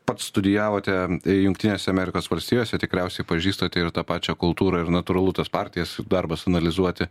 pats studijavote jungtinės amerikos valstijose tikriausiai pažįstate ir tą pačią kultūrą ir natūralu tas partijas darbas analizuoti